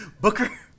Booker